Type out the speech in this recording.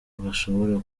bashobora